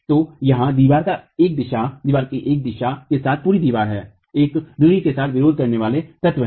तो यहाँ दीवार एक दिशा के साथ पूरी दीवार है एक धुरी के साथ विरोध करने वाले तत्व हैं